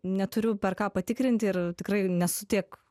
neturiu per ką patikrinti ir tikrai nesu tiek